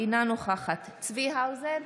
אינה נוכחת צבי האוזר,